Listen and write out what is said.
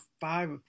five